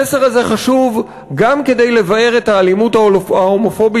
המסר הזה חשוב גם כדי לבער את האלימות ההומופובית